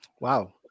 Wow